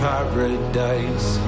Paradise